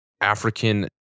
African